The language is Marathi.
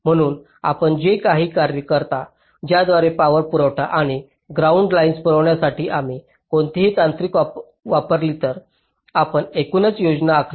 म्हणून आपण जे काही कार्य करता त्याद्वारे पावर पुरवठा आणि ग्राउंड लाईन्स पुरवण्यासाठी आम्ही कोणतीही तांत्रिक वापरली तर आपण एकूणच योजना आखली